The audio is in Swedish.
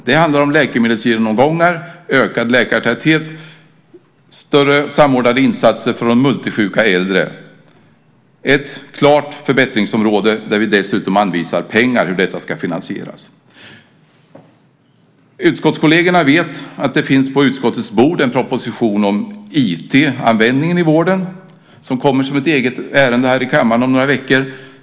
Det handlar om läkemedelsgenomgångar, ökad läkartäthet och större samordnade insatser för de multisjuka äldre. Det är ett klart förbättringsområde, där vi dessutom anvisar pengar till finansieringen. Utskottskollegerna vet att det på utskottets bord finns en proposition om IT-användningen i vården. Detta kommer som ett eget ärende här i kammaren om några veckor.